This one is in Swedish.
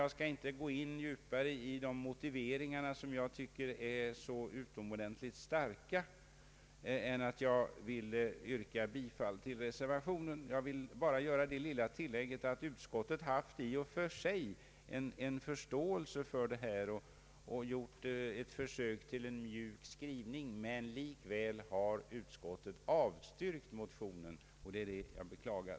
Jag skall inte gå in djupare i motiveringarna, som jag tycker är utomordentligt starka, och inskränker mig till att yrka bifall till reservationen, Jag vill endast göra det lilla tilllägget att utskottet i och för sig haft förståelse för våra synpunkter och gjort ett försök till en mjuk skrivning. Likväl har utskottet avstyrkt motionen — och det är detta jag beklagar.